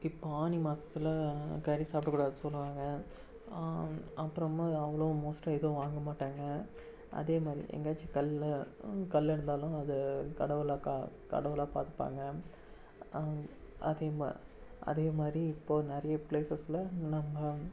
இப்போ ஆனி மாதத்துல கறி சாப்பிடக்கூடாதுன்னு சொல்லுவாங்க அப்புறமா அவங்களும் மோஸ்ட்டாக எதுவும் வாங்க மாட்டாங்க அதே மாதிரி எங்கேயாச்சி கல் கல் இருந்தாலும் அது கடவுளாக கா கடவுளாக பார்த்துப்பாங்க அதே மா அதே மாதிரி இப்போது நிறைய ப்லேஸஸ்சில் என்ன பாம்